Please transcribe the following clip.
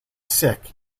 sick